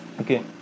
Okay